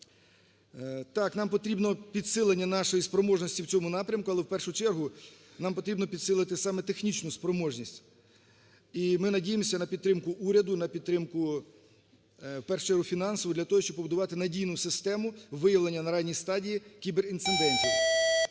Так, нам потрібно підсилення нашої спроможності в цьому напрямку, але, в першу чергу, нам потрібно підсилити саме технічну спроможність і ми надіємося на підтримку уряду, на підтримку, в першу чергу, фінансову для того, щоб побудувати надійну систему виявлення на ранній стадії кіберінцидентів.